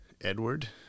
Edward